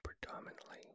predominantly